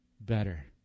better